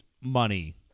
money